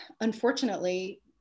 unfortunately